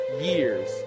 years